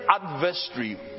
adversary